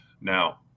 Now